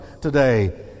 today